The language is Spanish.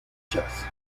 jazz